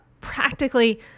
practically